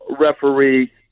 referee